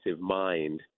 mind